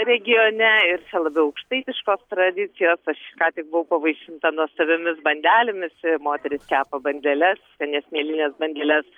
regione ir čia labiau aukštaitiškos tradicijos aš ką tik buvau pavaišinta nuostabiomis bandelėmis ir moterys kepa bandeles skanias mielines bandeles